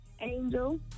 Angel